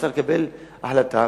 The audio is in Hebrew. אני אצטרך לקבל החלטה,